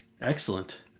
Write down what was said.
Excellent